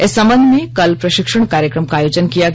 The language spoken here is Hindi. इस संबंध मे कल प्रशिक्षण कार्यक्रम का आयोजन किया गया